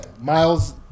Miles